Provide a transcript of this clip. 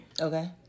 Okay